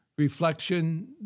Reflection